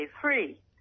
free